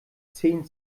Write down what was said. zehn